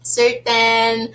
certain